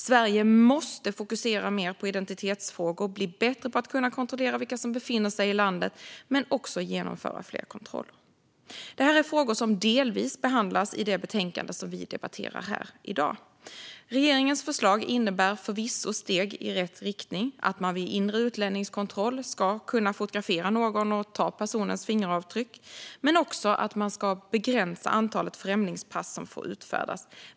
Sverige måste fokusera mer på identitetsfrågor, bli bättre på att kontrollera vilka som befinner sig i landet men också genomföra fler kontroller. Det här är frågor som delvis behandlas i det betänkande som vi debatterar här i dag. Regeringens förslag innebär förvisso steg i rätt riktning, till exempel att man vid inre utlänningskontroll ska kunna fotografera någon och ta personens fingeravtryck, men också införa en begränsning av antalet främlingspass som får utfärdas.